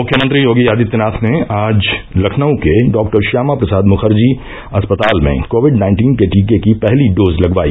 मुख्यमंत्री योगी आदित्यनाथ ने आज लखनऊ के डॉक्टर श्यामा प्रसाद मुखर्जी अस्पताल में कोविड नाइन्टीन के टीके की पहली डोज लगवाई